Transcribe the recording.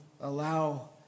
allow